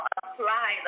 apply